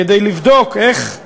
כדי לבדוק איך היא